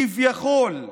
כביכול,